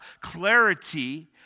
clarity